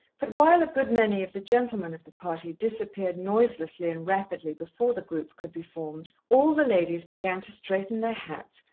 but while a good many of the gentlemen of the party disappeared noiselessly and rapidly before the group could be formed, all the ladies began to straighten their hats,